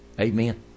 Amen